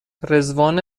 رضوان